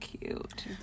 cute